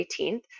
18th